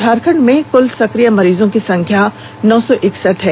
झारखंड में कुल सक्रिय मरीजों की संख्या नौ सौ इकसठ है